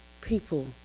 people